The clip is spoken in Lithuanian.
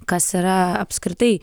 kas yra apskritai